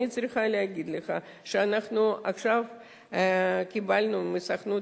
אני צריכה להגיד לך שאנחנו עכשיו קיבלנו מהסוכנות